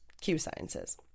Q-sciences